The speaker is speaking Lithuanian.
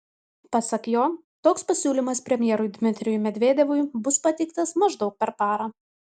pasak jo toks pasiūlymas premjerui dmitrijui medvedevui bus pateiktas maždaug per parą